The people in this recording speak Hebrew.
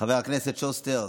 חבר הכנסת שוסטר,